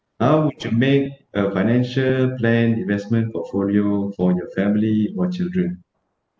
how would you make a financial plan investment portfolio for your family or children